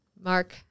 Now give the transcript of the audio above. Mark